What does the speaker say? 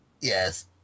Yes